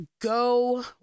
go